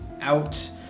out